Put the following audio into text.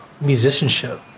musicianship